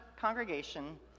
congregation